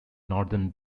northern